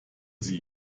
sie